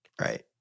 Right